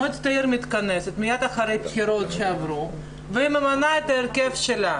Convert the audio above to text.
מועצת העיר מתכנסת מייד אחרי בחירות שעברו וממנה את ההרכב שלה